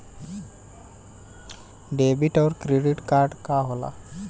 Debit और credit card का होला?